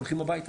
הולכים הביתה.